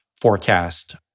forecast